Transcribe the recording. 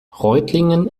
reutlingen